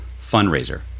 fundraiser